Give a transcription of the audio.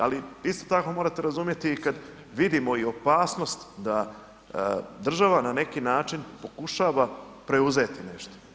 Ali isto tako morate razumjeti i kad vidimo i opasnost da država na neki način pokušava preuzeti nešto.